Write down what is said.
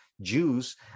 Jews